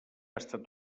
estat